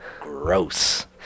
Gross